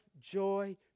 joy